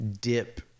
dip